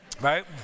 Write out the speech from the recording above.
right